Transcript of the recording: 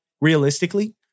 realistically